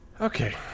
Okay